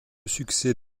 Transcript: succès